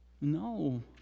No